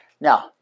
now